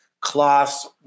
cloths